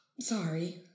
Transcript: Sorry